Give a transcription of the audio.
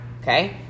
okay